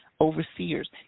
overseers